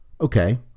Okay